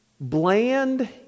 bland